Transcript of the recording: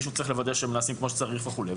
מישהו צריך לוודא שהם נעשים כמו שצריך וכולי.